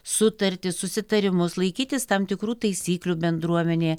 sutartis susitarimus laikytis tam tikrų taisyklių bendruomenėje